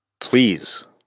Please